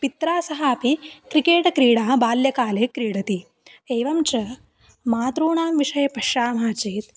पित्रा सह अपि क्रिकेट् क्रीडां बाल्यकाले क्रीडति एवं च मातॄणां विषये पश्यामः चेत्